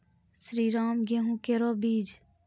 श्रीराम गेहूँ केरो बीज?